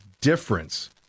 difference